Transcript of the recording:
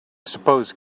suppose